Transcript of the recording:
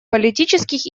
политических